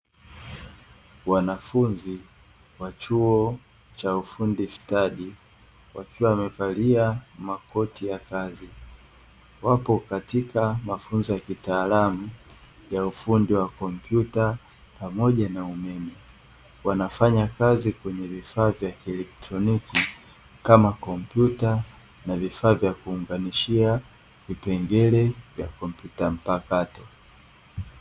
Wanafunzi wa chuo cha ufundi stadi wakiwa wamevalia makoti ya kazi. Wapo katika mafunzo y kItaalamu ya ufundi wa kompyuta pamoja na umeme. Wanafanya kazi kwenye vifaa vya kielekrinoiki kama kompyuta na vifaa vya kuunganishia vipengele vya kumpyuta mpakato.